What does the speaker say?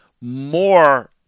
more